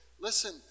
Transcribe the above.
Listen